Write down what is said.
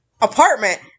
apartment